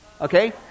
okay